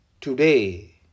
Today